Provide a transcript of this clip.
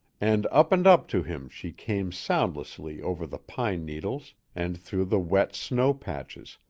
and up and up to him she came soundlessly over the pine needles and through the wet snow-patches,